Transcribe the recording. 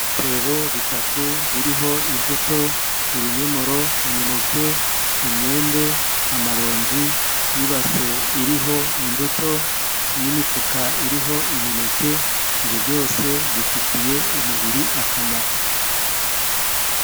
Ibitebo bitatu biriho imbuto: ibinyomoro, imineke, imyembe, amaronji n'ibase iriho imbuto n'imifuka iriho imineke, ibyo byose bifitiye umubiri akamaro.